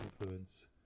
influence